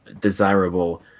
desirable